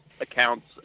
accounts